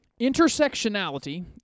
Intersectionality